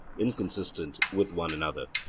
inconsistent with one another.